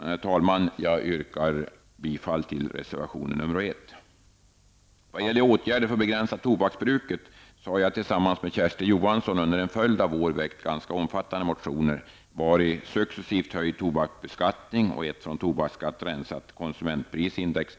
Herr talman! Jag yrkar bifall till reservation 1. Vad gäller åtgärder för att begränsa tobaksbruket har jag tillsammans med Kersti Johansson under en följd av år väckt ganska omfattande motioner, vari successivt höjd tobaksbeskattning och ett från tobaksskatt rensat konsumentprisindex